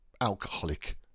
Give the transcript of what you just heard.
alcoholic